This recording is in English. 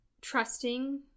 trusting